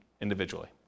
individually